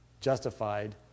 justified